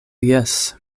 jes